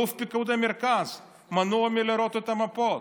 אלוף פיקוד המרכז מנוע מלראות את המפות,